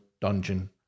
dungeon